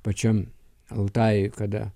pačiam altajuj kada